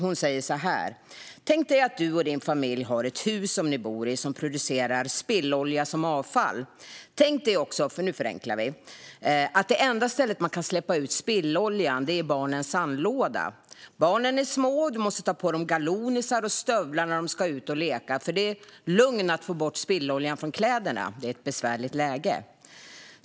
Hon säger så här: Tänk dig att du och din familj har ett hus som ni bor i, som producerar spillolja som avfall! Tänk dig också - nu förenklar vi - att det enda stället där man kan släppa ut spilloljan är barnens sandlåda! Barnen är små. Du måste ta på dem galonisar och stövlar när de ska ut och leka, för det är lögn att få bort spilloljan från kläderna - det är ett besvärligt läge.